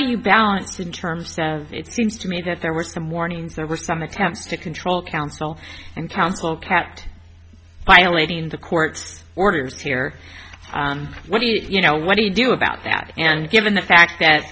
do you balance in terms of it seems to me that there were some warnings there were some attempts to control counsel and counsel kept violating the court's orders here what do you know what do you do about that and given the fact that